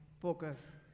focus